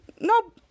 No